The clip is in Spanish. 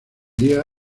día